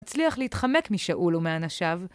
הצליח להתחמק משאול ומאנשיו.